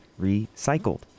recycled